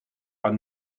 are